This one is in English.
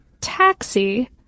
taxi